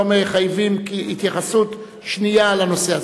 לא מחייבים התייחסות שנייה לנושא הזה.